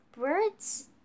birds